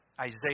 Isaiah